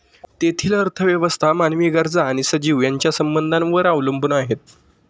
तेथील अर्थव्यवस्था मानवी गरजा आणि सजीव यांच्या संबंधांवर अवलंबून आहे